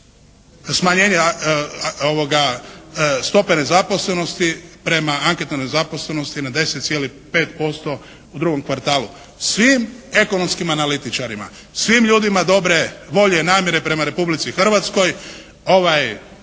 smanjenja stope nezaposlenosti prema anketnoj nezaposlenosti na 10,5% u drugom kvartalu. Svim ekonomskim analitičarima, svim ljudima dobre volje, namjere prema Republici Hrvatskoj